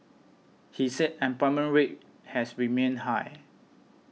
he said employment rate has remained high